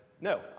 no